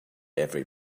every